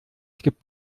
gibt